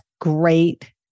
great